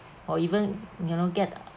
or even you know get